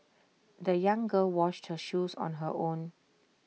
the young girl washed her shoes on her own